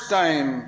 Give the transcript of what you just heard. time